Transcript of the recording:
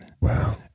Wow